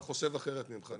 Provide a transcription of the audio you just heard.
אני חושב אחרת ממך.